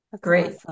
Great